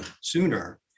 sooner